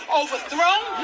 overthrown